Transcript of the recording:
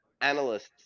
analysts